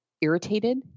irritated